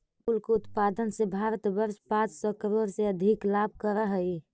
फूल के उत्पादन से भारत प्रतिवर्ष पाँच सौ करोड़ से अधिक लाभ करअ हई